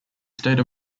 state